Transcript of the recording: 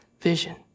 vision